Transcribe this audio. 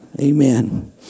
Amen